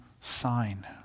sign